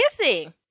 kissing